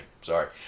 Sorry